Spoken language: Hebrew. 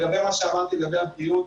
לגבי מה שאמרתי לגבי הבריאות